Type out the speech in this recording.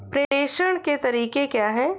प्रेषण के तरीके क्या हैं?